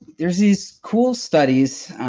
there's these cool studies.